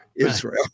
Israel